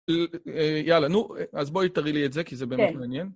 יאללה, נו, אז בואי תראי לי את זה כי זה באמת מעניין.